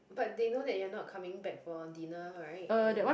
but they know that you're not coming back for dinner right and